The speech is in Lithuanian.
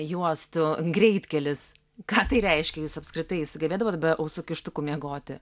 juostų greitkelis ką tai reiškia jūs apskritai sugebėdavot be ausų kištukų miegoti